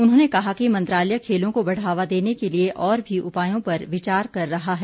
उन्होंने कहा कि मंत्रालय खेलों को बढ़ावा देने के लिये और भी उपायों पर विचार कर रहा है